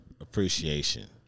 appreciation